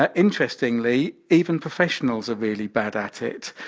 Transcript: ah interestingly, even professionals are really bad at it.